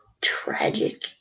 tragic